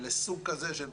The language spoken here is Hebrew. לא בגיל המוחלט שזה גיל 70,